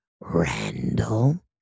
Randall